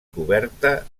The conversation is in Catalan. coberta